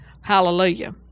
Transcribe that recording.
Hallelujah